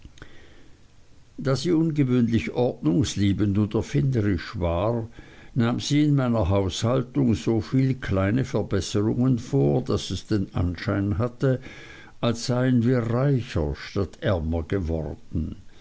da sie ungewöhnlich ordnungliebend und erfinderisch war nahm sie in meiner haushaltung so viel kleine verbesserungen vor daß es den anschein hatte als seien wir reicher statt ärmer geworden